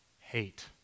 hate